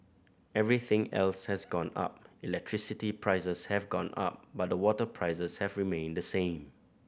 everything else has gone up electricity prices have gone up but the water prices have remained the same